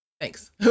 Thanks